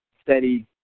steady